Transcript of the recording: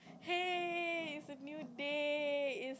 hey it's a new day